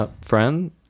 friend